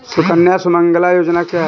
सुकन्या सुमंगला योजना क्या है?